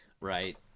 Right